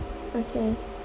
okay